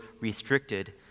restricted